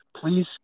please